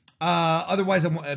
Otherwise